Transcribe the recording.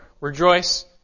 rejoice